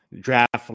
draft